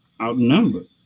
outnumbered